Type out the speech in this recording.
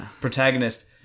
protagonist